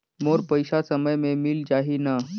मोर पइसा समय पे मिल जाही न?